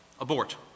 Abort